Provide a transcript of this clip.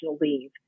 leave